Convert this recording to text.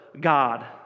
God